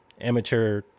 amateur